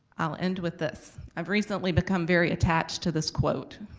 i'll end with this. i've recently become very attached to this quote,